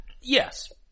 yes